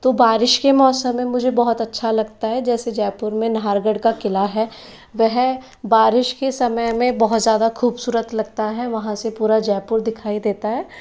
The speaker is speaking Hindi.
तो बारिश के मौसम में मुझे बहुत अच्छा लगता जैसे जयपुर में नाहरगढ़ का किला है वह बारिश के समय में बहुत ज़्यादा खूबसूरत लगता है वहाँ से पूरा जयपुर दिखाई देता है